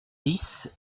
dix